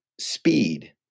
speed